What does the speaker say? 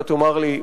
אתה תאמר לי,